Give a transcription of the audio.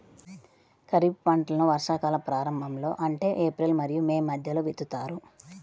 ఖరీఫ్ పంటలను వర్షాకాలం ప్రారంభంలో అంటే ఏప్రిల్ మరియు మే మధ్యలో విత్తుతారు